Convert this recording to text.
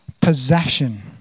possession